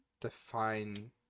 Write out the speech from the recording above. define